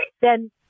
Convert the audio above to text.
then-